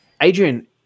Adrian